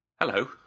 Hello